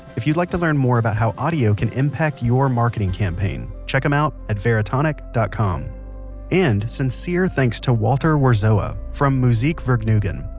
if you'd like to learn more about how audio can impact your marketing campaign check em out at veritonic dot com and sincere thanks to walter werzowa from musikvergnuegen.